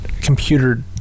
computer